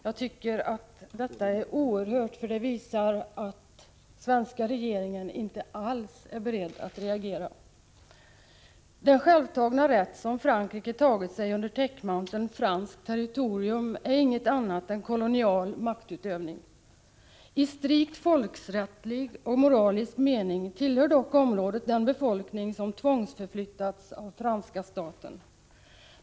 Jag tycker att detta är oerhört, för det visar att svenska regeringen inte alls är beredd att reagera. Den självtagna rätt som Frankrike tagit sig under täckmanteln franskt territorium är inget annat än kolonial maktutövning. I strikt folksrättslig och moralisk mening tillhör dock området den befolkning som tvångsflyttats av franska staten.